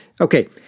Okay